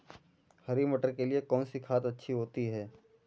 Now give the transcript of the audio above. हरी मटर के लिए कौन सी खाद अच्छी होती है?